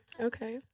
Okay